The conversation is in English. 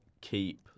keep